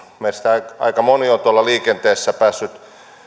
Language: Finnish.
meistä aika moni on tuolla liikenteessä päässyt